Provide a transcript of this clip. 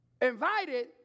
invited